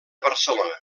barcelona